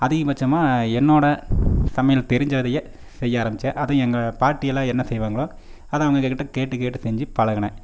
அதிகபட்சமாக என்னோட சமையல் தெரிஞ்ச வரைய செய்ய ஆரம்பித்தேன் அதை எங்கள் பாட்டியெல்லாம் என்ன செய்வாங்களோ அதை அவங்ககிட்ட கேட்டு கேட்டு செஞ்சு பழகுனேன்